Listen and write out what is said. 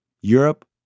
Europe